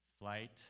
flight